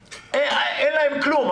אין להם כלום.